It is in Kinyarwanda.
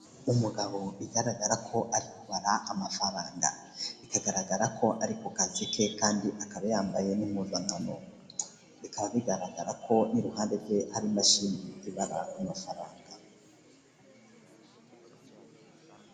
Umugabo bigaragara ko ari kubara amafaranga. Bikagaragara ko ari ku kazi ke kandi akaba yambaye n'impuzankano. Bikaba bigaragara ko n'iruhande rwe hari imashini ibara amafaranga.